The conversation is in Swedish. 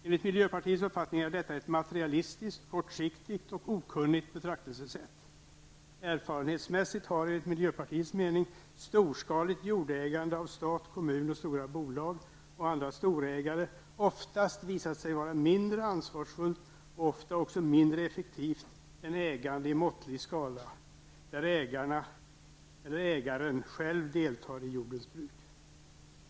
Enligt miljöpartiets uppfattning är detta ett materialistiskt, kortsiktigt och okunnigt betraktelsesätt. Erfarenhetsmässigt har, enligt miljöpartiets mening, storskaligt jordägande av stat, kommun och stora bolag och andra storägare oftast visat sig vara mindre ansvarsfullt och mindre effektivt än ägande i måttlig skala, där ägarna eller ägaren själv deltar i jordens bruk.